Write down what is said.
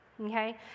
okay